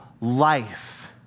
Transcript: life